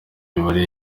mibare